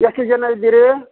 ಎಷ್ಟು ಜನ ಇದ್ದೀರಿ